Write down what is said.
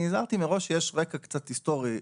אני הזהרתי מראש שיש רקע קצת היסטורי.